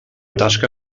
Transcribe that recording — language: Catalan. tasca